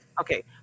Okay